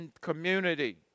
community